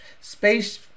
Space